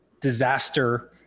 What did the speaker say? disaster